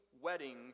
wedding